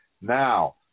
Now